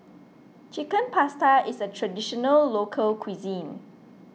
Chicken Pasta is a Traditional Local Cuisine